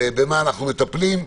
במה אנו מטפלים,